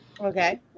Okay